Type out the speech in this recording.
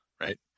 right